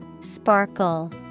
Sparkle